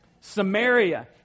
Samaria